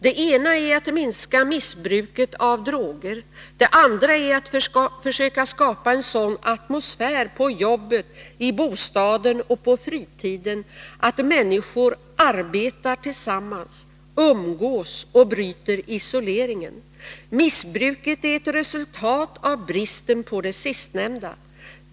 Det ena är att minska missbruket av droger, det andra är att försöka skapa en sådan atmosfär på jobbet, i bostaden och på fritiden att människor arbetar tillsammans, umgås och bryter isoleringen. Missbruket är ett resultat av bristen på det sistnämnda!